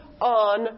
on